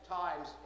times